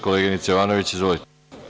Koleginice Jovanović, izvolite.